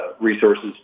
resources